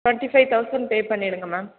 twenty five thousand pay பண்ணிடுங்க ma'am